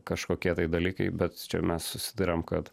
kažkokie tai dalykai bet čia mes susiduriam kad